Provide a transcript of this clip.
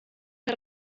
que